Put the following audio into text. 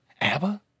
Abba